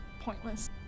pointless